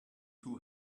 too